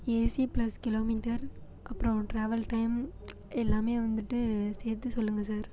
AC plus kilometre அப்புறம் travel time எல்லாமே வந்துட்டு சேர்த்து சொல்லுங்கள் சார்